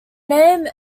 name